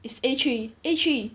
it's a three A three